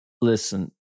listen